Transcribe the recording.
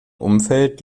umfeld